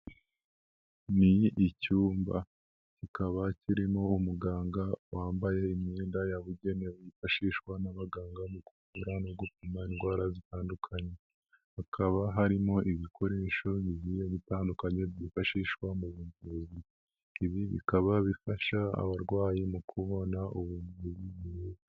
Ni icyumba kikaba kirimo umuganga wambaye imyenda yabugenewe yifashishwa n'abaganga mu kuvura no gupima indwara zitandukanye, hakaba harimo ibikoresho bigiye bitandukanye byifashishwa mu kuvura. Ibi bikaba bifasha abarwayi mu kubona ubuvuzi.